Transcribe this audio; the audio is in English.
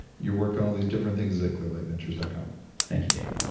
your work on all these different things at clearlightventures dot com thank you, dave